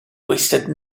wasted